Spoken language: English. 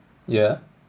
yeah